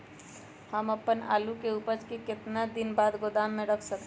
हम अपन आलू के ऊपज के केतना दिन बाद गोदाम में रख सकींले?